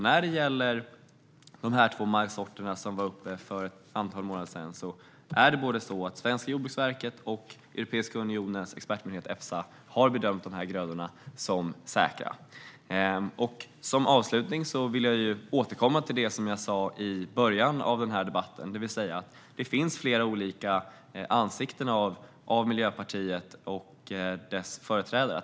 När det gäller de två majssorter som var uppe för behandling för ett antal månader sedan har både det svenska Jordbruksverket och Europeiska unionens expertmyndighet Efsa bedömt dem som säkra. Avslutningsvis vill jag återkomma till det jag sa i början av debatten. Det finns flera olika sidor av Miljöpartiet och dess företrädare.